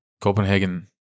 Copenhagen